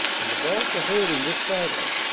and the boche are holding this side of it,